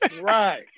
Right